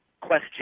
question